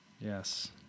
Yes